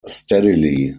steadily